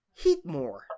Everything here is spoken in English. Heatmore